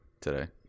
today